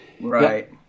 Right